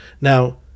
Now